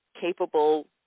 capable